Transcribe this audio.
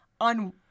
on